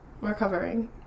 recovering